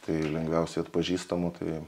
tai ir lengviausiai atpažįstamų tai